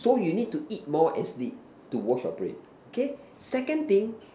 so you need to eat more and sleep to wash your brain K second thing